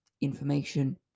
information